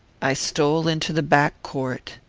i stole into the back court.